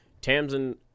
Tamsin